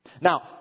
Now